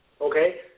Okay